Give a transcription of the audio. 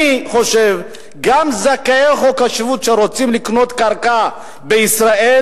אני חושב שגם זכאי חוק השבות שרוצים לקנות קרקע בישראל,